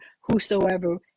whosoever